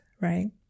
right